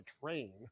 train